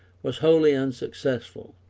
was wholly unsuccessful,